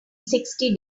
sixty